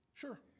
Sure